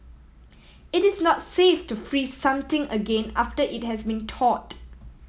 it is not safe to freeze something again after it has been thawed